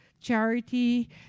charity